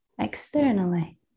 externally